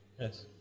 Yes